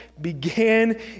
began